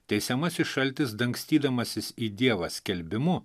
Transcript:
teisiamasis šaltis dangstydamasis į dievą skelbimu